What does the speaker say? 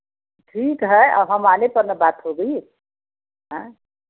ठीक है अब हम आने पर न बात होगी हाँ